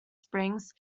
springs